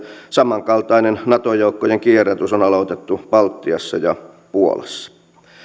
ja samankaltainen nato joukkojen kierrätys on aloitettu baltiassa ja puolassa